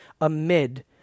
amid